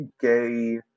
gay